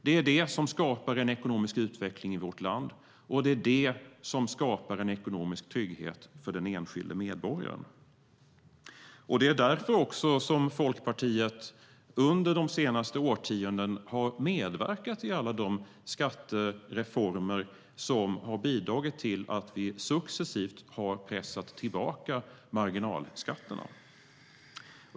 Det är det som skapar en ekonomisk utveckling i vårt land och det är det som skapar en ekonomisk trygghet för den enskilde medborgaren. Det är därför som Folkpartiet under de senaste årtiondena har medverkat till alla de skattereformer som har bidragit till att vi successivt har pressat tillbaka marginalskatterna.